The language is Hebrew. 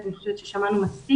כי אני חושבת ששמענו מספיק.